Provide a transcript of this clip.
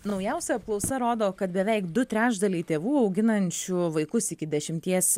naujausia apklausa rodo kad beveik du trečdaliai tėvų auginančių vaikus iki dešimties